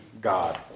God